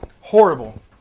Horrible